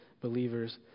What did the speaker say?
believers